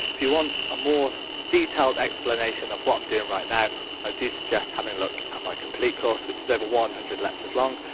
if you want a more detailed explanation of what i'm doing right now i do suggest having a look at my complete course which is over one hundred lectures long.